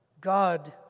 God